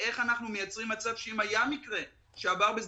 אבל כרגע הנטייה המקצועית היא לשקול בין חלופה של חברה